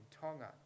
Tonga